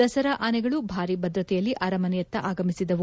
ದಸರಾ ಅನೆಗಳು ಭಾರೀ ಭದ್ರತೆಯಲ್ಲಿ ಅರಮನೆಯತ್ತ ಆಗಮಿಸಿದವು